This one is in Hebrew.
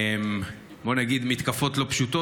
בוא נגיד, מתקפות לא פשוטות.